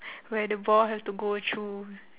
where the ball have to go through